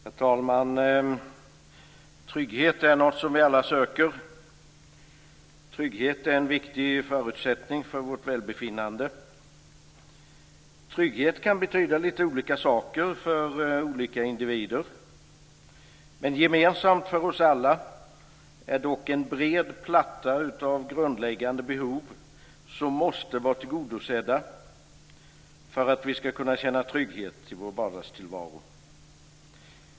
Herr talman! Trygghet är något som vi alla söker. Trygghet är en viktig förutsättning för vårt välbefinnande. Trygghet kan betyda lite olika saker för olika individer. Men gemensamt för oss alla är dock en bred platta av grundläggande behov som måste vara tillgodosedda för att vi ska kunna känna trygghet i vår vardagstillvaro.